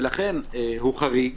ולכן הוא חריג.